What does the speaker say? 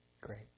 great